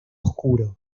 oscuro